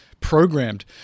programmed